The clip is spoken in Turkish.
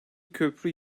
köprü